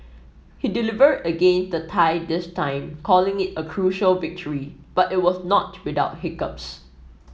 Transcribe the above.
he delivered against the Thai this time calling it a crucial victory but it was not without hiccups